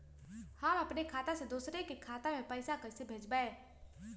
हम अपने खाता से दोसर के खाता में पैसा कइसे भेजबै?